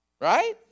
Right